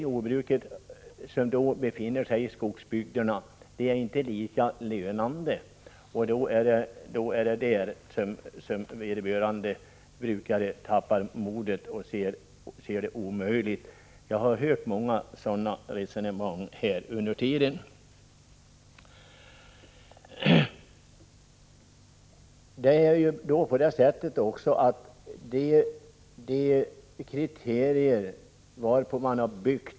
Jordbruken i skogsbygderna är inte lika lönande som jordbruk på andra håll i landet, och då tappar vederbörande brukare modet och ser det som omöjligt att fortsätta. Jag har på senare tid hört många sådana resonemang.